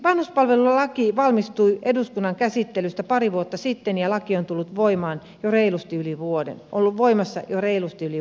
vanhuspalvelulaki valmistui eduskunnan käsittelystä pari vuotta sitten ja laki on tullut voimaan reilusti yli vuoden ollut voimassa jo reilusti yli vuoden